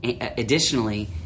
Additionally